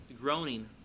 groaning